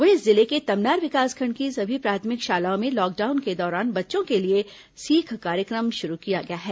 वहीं जिले के तमनार विकासखंड की सभी प्राथमिक शालाओं में लॉकडाउन के दौरान बच्चों के लिए सीख कार्यक्रम शुरू किया गया है